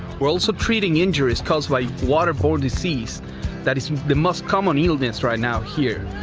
well, some treating injuries caused by water for deceased that is the must come o'neill this right now here.